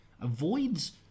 avoids